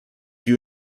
you